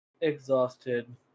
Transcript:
exhausted